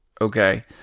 Okay